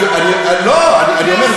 אני אומר,